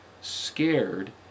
scared